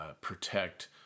protect